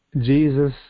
Jesus